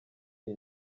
iyi